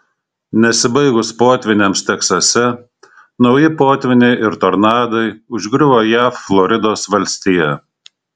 nesibaigus potvyniams teksase nauji potvyniai ir tornadai užgriuvo jav floridos valstiją